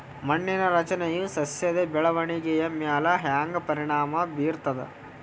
ಮಣ್ಣಿನ ರಚನೆಯು ಸಸ್ಯದ ಬೆಳವಣಿಗೆಯ ಮ್ಯಾಲ ಹ್ಯಾಂಗ ಪರಿಣಾಮ ಬೀರ್ತದ?